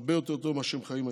הרבה יותר טוב ממה שחיים היום.